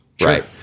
right